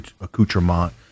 accoutrement